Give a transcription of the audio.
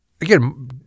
again